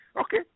okay